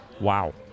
wow